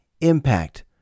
impact